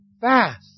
fast